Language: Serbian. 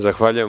Zahvaljujem.